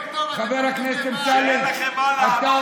חבר הכנסת אמסלם.